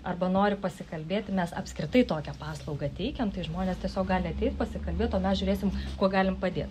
arba nori pasikalbėti nes apskritai tokią paslaugą teikiant tai žmonės tiesiog gali ateit pasikalbėt o mes žiūrėsim kuo galim padėt